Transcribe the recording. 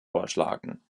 vorschlagen